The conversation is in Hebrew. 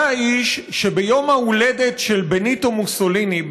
זה האיש שביום ההולדת של בניטו מוסוליני,